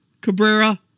Cabrera